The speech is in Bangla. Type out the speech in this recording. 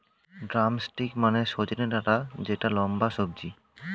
ড্রামস্টিক মানে সজনে ডাটা যেটা লম্বা সবজি